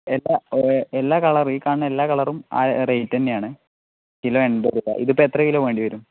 എല്ലാ എല്ലാ കളറും ഈ കാണുന്ന എല്ലാ കളറും ആ റേറ്റ് തന്നെയാണ് കിലോ എൻപത് രൂപ ഇതിപ്പോൾ എത്ര കിലോ വേണ്ടി വരും